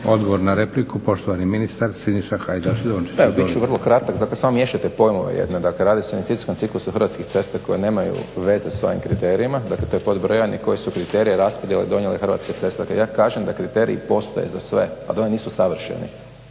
Dončić. **Hajdaš Dončić, Siniša (SDP)** Pa evo, biti ću vrlo kratak, dakle samo miješate pojmove, jedno j,e dakle redi se o investicijskom ciklusu Hrvatskih cesta koje nemaju veze sa ovim kriterijima, dakle to je pod broj jedan i koje su kriterije raspodjele donijele Hrvatske ceste. Dakle ja kažem da kriteriji postoje za sve a da oni nisu savršeni.